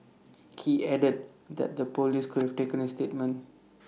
he added that the Police could taken his statement